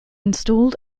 installed